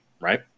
right